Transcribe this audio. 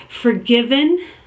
forgiven